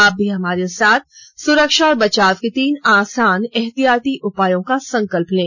आप भी हमारे साथ सुरक्षा और बचाव के तीन आसान एहतियाती उपायों का संकल्प लें